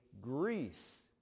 Greece